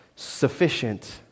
sufficient